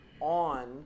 on